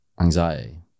anxiety